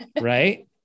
right